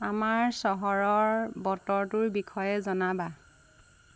আমাৰ চহৰৰ বতৰটোৰ বিষয়ে জানাবা